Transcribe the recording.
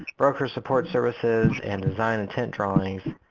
broker support services and design intent drawings.